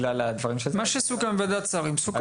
מה שסוכם בוועדת שרים, סוכם.